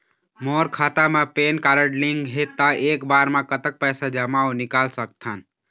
मोर खाता मा PAN card link हे ता एक बार मा कतक पैसा जमा अऊ निकाल सकथन?